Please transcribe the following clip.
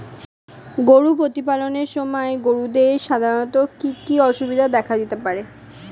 গরু প্রতিপালনের সময় গরুদের সাধারণত কি কি অসুবিধা দেখা দিতে পারে?